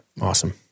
awesome